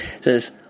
says